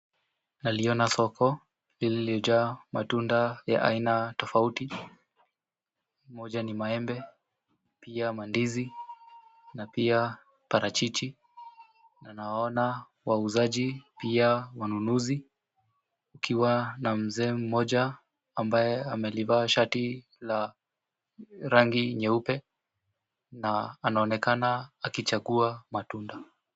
Naliona soko lililojaa matunda ya aina tofauti. Moja ni Maembe, pia mandizi na pia parachichi. Na nawaona wauzaji pia wanunuzi kukiwa na mzee mmoja ambae amelivaa shati la rangi nyeupe na anaonekana akichagua matunda.